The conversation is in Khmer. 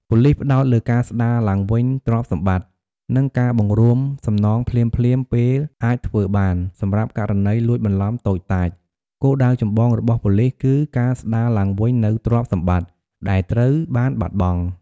ប៉ូលិសផ្តោតលើការស្ដារឡើងវិញទ្រព្យសម្បត្តិ និងការបង្រួមសំណងភ្លាមៗពេលអាចធ្វើបាន សម្រាប់ករណីលួចបន្លំតូចតាច គោលដៅចម្បងរបស់ប៉ូលិសគឺ ការស្ដារឡើងវិញនូវទ្រព្យសម្បត្តិ ដែលត្រូវបានបាត់បង់។